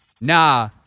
nah